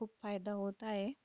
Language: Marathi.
खूप फायदा होत आहे